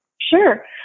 Sure